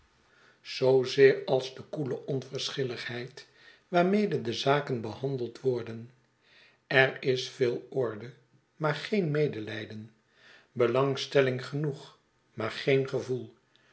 als de koele onverschilligheid waarmede de zaken behandeld worden er is veel orde maar geen medelijden belangstelling genoeg maar geen gevoel